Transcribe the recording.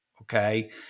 Okay